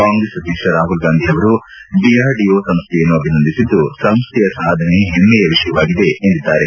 ಕಾಂಗ್ರೆಸ್ ಅಧ್ಯಕ್ಷ ರಾಹುಲ್ ಗಾಂಧಿ ಅವರೂ ಡಿಆರ್ಡಿಒ ಸಂಸ್ಥೆಯನ್ನು ಅಭಿನಂದಿಸಿದ್ದು ಸಂಸ್ಥೆಯ ಸಾಧನೆ ಪೆಮ್ಮೆಯ ವಿಷಯ ಎಂದಿದ್ದಾರೆ